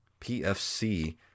PFC